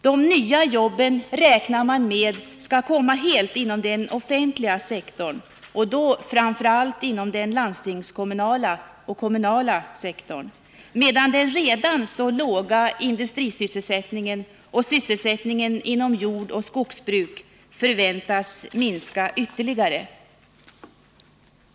Man räknar med att de nya jobben helt skall komma inom den offentliga sektorn, och då framför allt inom den landstingskommunala och kommunala sektorn, medan den redan så låga industrisysselsättningen och sysselsättningen inom jordoch skogsbruket förväntas minska ytterligare.